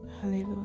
Hallelujah